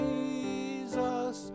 Jesus